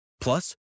Plus